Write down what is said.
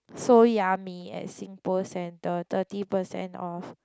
seoul Yummy at SingPost Centre thirty percent off